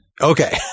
Okay